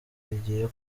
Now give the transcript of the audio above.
igiye